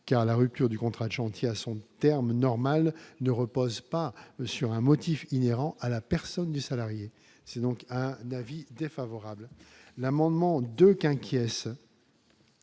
car la rupture du contrat de chantier à son terme normal ne repose pas sur un motif inhérents à la personne du salarié, c'est donc un avis défavorable, l'amendement 2 inquiet